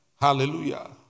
Hallelujah